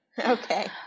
Okay